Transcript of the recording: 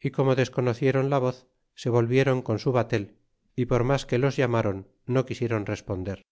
y como desconocieron la voz se volvieron con su batel y por mas que los ilamron no quisieron responder